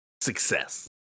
success